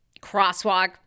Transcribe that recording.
crosswalk